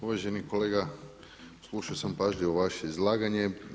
Uvaženi kolega, slušao sam pažljivo vaše izlaganje.